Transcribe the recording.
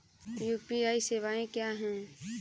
UPI सवायें क्या हैं?